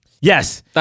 Yes